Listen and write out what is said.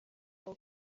some